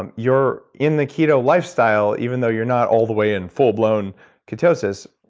um you're in the keto lifestyle even though you're not all the way in full blown ketosis.